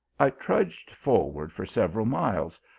i trudged forward for several miles,